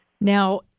Now